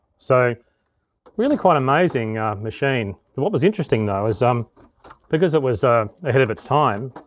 so really quite amazing machine. and what was interesting though is um because it was ahead of its time,